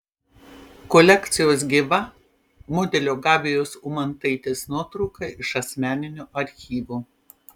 kolekcijos gyva modelio gabijos umantaitės nuotrauka iš asmeninio archyvo